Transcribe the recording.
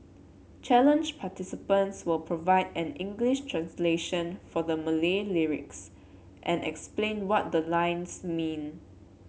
challenge participants will provide an English translation for the Malay lyrics and explain what the lines mean